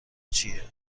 چیه